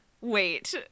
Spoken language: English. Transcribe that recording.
wait